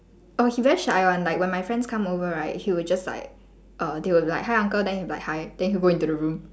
oh he very shy [one] like when my friends come over right he will just like err they'll be like hi uncle then he'll be like hi then he'll go into the room